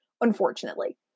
unfortunately